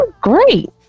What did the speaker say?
great